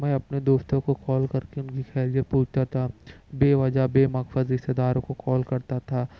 میں اپنے دوستوں کو کال کرکے ان کی خیریت پوچھتا تھا بے وجہ بے مقصد رشتے داروں کو کال کرتا تھا